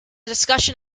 discussion